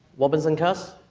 robinson class?